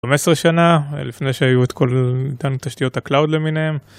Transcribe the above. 15 שנה לפני שהיו את כל אותן תשתיות הקלאוד למיניהן.